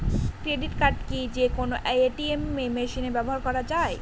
Credit card কি যে কোনো এ.টি.এম মেশিনে ব্যবহার করা য়ায়?